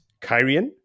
Kyrian